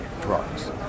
drugs